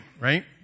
right